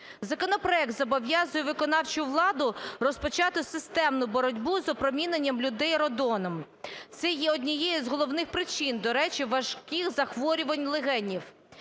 Законопроект зобов'язує виконавчу владу розпочати системну боротьбу з опроміненням людей радоном. Це є однією з головних причин, до речі, важких захворювань легенів.